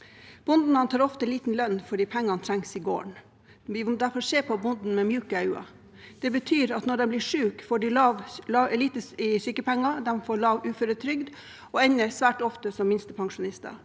Bonden tar ofte ut liten lønn fordi pengene trengs i gården. Vi må derfor se på bonden med myke øyne. Det betyr at når de blir syke, får de lite i sykepenger, de får lav uføretrygd og ender svært ofte som minstepensjonister.